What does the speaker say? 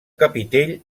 capitell